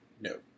No